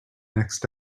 next